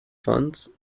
funds